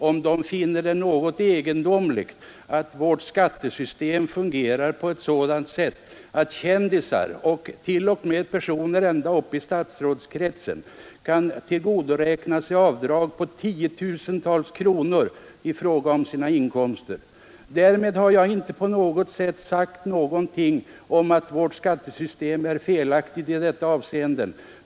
Då är det ju inte förvånande att de finner det egendomligt att vårt skattesystem fungerar på det sättet att dessa kändisar — ja, t.o.m. personer ända upp i statsrådskretsen — kan tillgodoräkna sig avdrag på tiotusentals kronor vid inkomstbeskattningen. Härmed har jag dock inte sagt att vårt skattesystem är felaktigt i dessa avseenden.